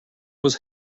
was